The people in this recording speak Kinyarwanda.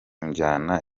njyana